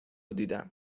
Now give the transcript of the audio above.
دیدم